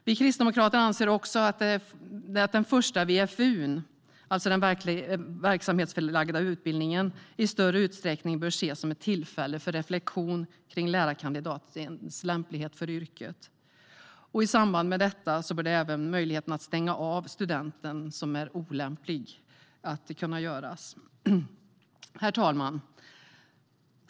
Vi kristdemokrater anser att den första VFU:n, alltså den verksamhetsförlagda utbildningen, i större utsträckning bör ses som ett tillfälle för reflektion kring lärarkandidatens lämplighet för yrket. I samband med detta bör även möjligheten att stänga av en student som är olämplig finnas. Herr talman!